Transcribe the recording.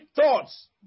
thoughts